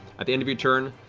at the end of your turn,